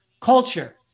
culture